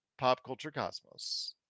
PopCultureCosmos